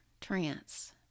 trance